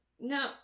no